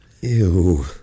Ew